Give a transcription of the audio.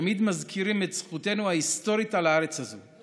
תמיד מזכירים את זכותנו ההיסטורית על הארץ הזאת.